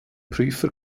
prüfer